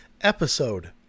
episode